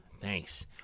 Thanks